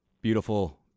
Beautiful